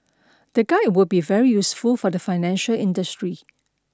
the guide would be very useful for the financial industry